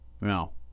No